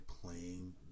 playing